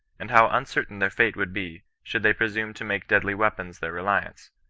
and how un certain their fate would be, should they presume to make deadly weapons their reliance.